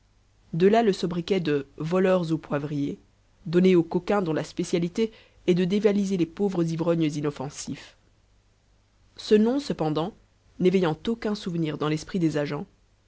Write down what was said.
de là le sobriquet de voleurs au poivrier donné aux coquins dont la spécialité est de dévaliser les pauvres ivrognes inoffensifs ce nom cependant n'éveillant aucun souvenir dans l'esprit des agents